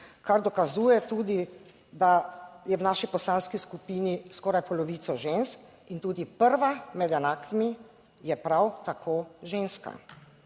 kar dokazuje tudi, da je v naši poslanski skupini skoraj polovica žensk in tudi prva med enakimi je prav tako ženska.